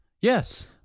yes